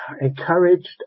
encouraged